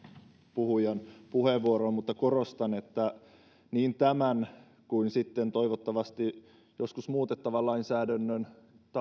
puhujan puheenvuoroon mutta korostan että niin tämän kuin sitten toivottavasti joskus muutettavan lainsäädännön